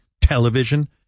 television